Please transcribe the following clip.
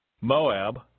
Moab